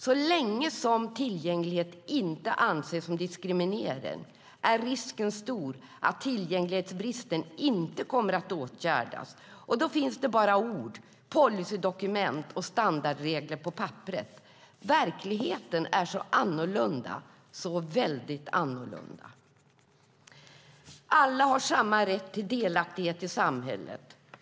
Så länge brist på tillgänglighet inte anses som diskriminering är risken stor att tillgänglighetsbristen inte kommer att åtgärdas och då finns bara ord, policydokument och standardregler på papperet. Verkligheten är annorlunda, så väldigt annorlunda. Alla har samma rätt till delaktighet i samhället.